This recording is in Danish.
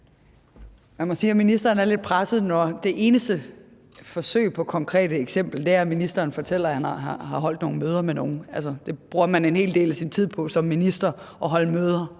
Man må sige, at ministeren er lidt presset, når det eneste forsøg på konkrete eksempler er, at ministeren fortæller, at han har holdt nogle møder med nogen. Altså, man bruger en hel del af sin tid som minister på at holde møder,